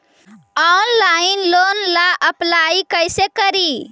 Online loan ला apply कैसे करी?